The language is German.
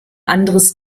anderes